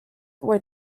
were